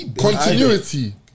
continuity